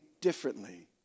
differently